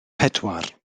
pedwar